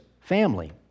family